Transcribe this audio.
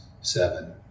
seven